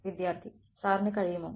വിദ്യാർത്ഥി സാറിന് കഴിയുമോ